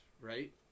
right